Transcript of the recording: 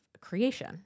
creation